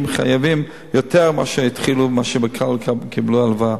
חייבים יותר מאשר כשקיבלו את ההלוואה.